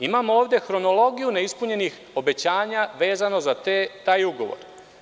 Imamo ovde hronologiju neispunjenih obećanja vezanih za taj ugovor.